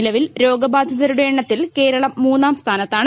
നിലവിൽ രോഗബാധിതരുടെ എണ്ണത്തിൽ കേരളം മൂന്നാം സ്ഥാനത്താണ്